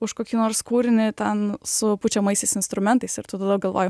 už kokį nors kūrinį ten su pučiamaisiais instrumentais ir tu tada galvoji